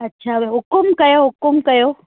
अच्छा हुकुम कयो हुकुम कयो